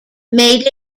made